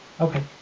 Okay